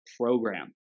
program